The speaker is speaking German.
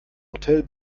hotel